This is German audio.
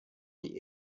die